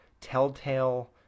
telltale